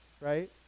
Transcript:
right